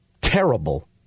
terrible